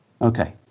Okay